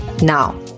Now